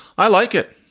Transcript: i like it.